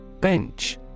Bench